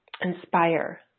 Inspire